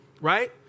right